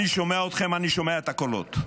אני שומע אתכם, אני שומע את הקולות.